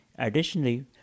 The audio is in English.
Additionally